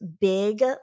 big